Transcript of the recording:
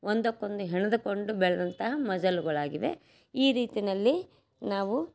ಒಂದಕ್ಕೊಂದು ಹೆಣೆದುಕೊಂಡು ಬೆಳೆದಂತಹ ಮಜಲುಗಳಾಗಿವೆ ಈ ರೀತಿನಲ್ಲಿ ನಾವು